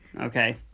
Okay